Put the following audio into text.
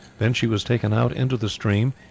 then she was taken out into the stream,